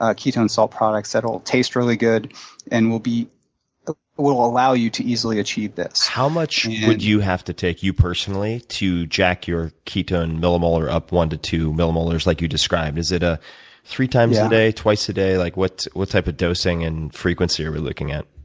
ah ketone salt products that'll taste really good and will ah will allow you to easily achieve this. how much would you have to take, you personally, to jack your ketone millimolar up one or two millimolars like you described? is it ah three times a day, twice a day? like what what type of dosing and frequency are we looking at?